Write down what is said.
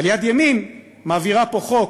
אבל יד ימין מעבירה פה חוק